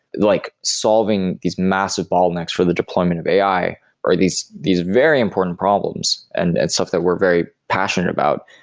like solving these massive bottlenecks for the deployment of ai are these these very important problems and and stuff that we're very passionate about.